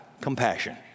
compassion